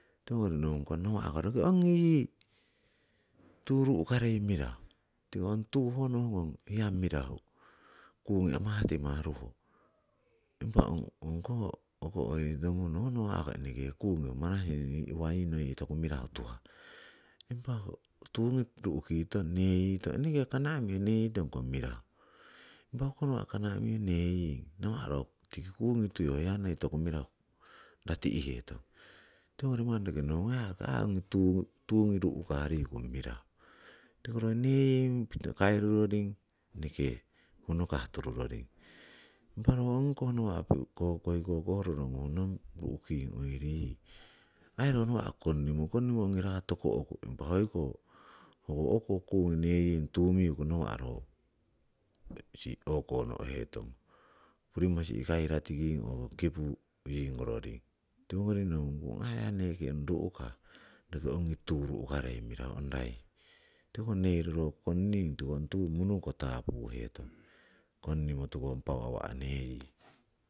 Tiwongori nohungkong nawa'ko roki ongi yii tuu ru'karei mirahu, tiko ong tuu ho nohungong hiya mirahu, kungi amah tima ruho. Impah ongkoh hoko oiri tonguhnong ho nawa'ko eneke kungi marasini uwa yii noi toku mirahu tuhah. Impako tuungi ru'kitong neyitong, eneke kana'miho neyitongko ho mirahu, impa hoko nawa' kana'miho neying nawa' ro tiki kungi tui ho hiya noi toku mirahu rati'hetong. Tiwongori manni nohungung ongi tuu ru'kah mirahu, ro neying kairuroring eneke hunokah tururoring. Impa ro ongkoh awa' hoiko koh roronguhnong ru'king oiri yii, aii ro nawa' konnimo konnimo ongi raah toko'ku impa hoiko, ho o'ko kungi neying tumiku nawa' ro si o'konohetong puri mosi'ko ratiking oo kipu ngororing. Tiwongori nohungong ong yii hiya neki ru'kah ongi tuu ru'karei mirahu ong raisi, tiko neiro konning tiko ong tuu munuko tapuhetong konnimotuku, ong paau awa' neying.